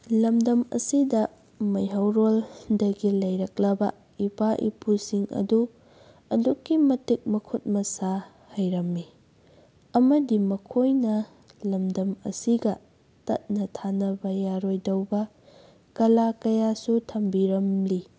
ꯂꯝꯗꯝ ꯑꯁꯤꯗ ꯃꯩꯍꯧꯔꯣꯜꯗꯒꯤ ꯂꯩꯔꯛꯂꯕ ꯏꯄꯥ ꯏꯄꯨꯁꯤꯡ ꯑꯗꯨ ꯑꯗꯨꯛꯀꯤ ꯃꯇꯤꯛ ꯃꯈꯨꯠ ꯃꯁꯥ ꯍꯩꯔꯝꯃꯤ ꯑꯃꯗꯤ ꯃꯈꯣꯏꯅ ꯂꯝꯗꯝ ꯑꯁꯤꯒ ꯇꯠꯅ ꯊꯥꯅꯕ ꯌꯥꯔꯣꯏꯗꯧꯕ ꯀꯂꯥ ꯀꯌꯥꯁꯨ ꯊꯝꯕꯤꯔꯝꯂꯤ